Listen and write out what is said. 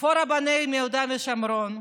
איפה רבני יהודה ושומרון?